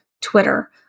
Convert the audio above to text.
Twitter